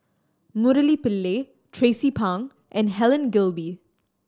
Murali Pillai Tracie Pang and Helen Gilbey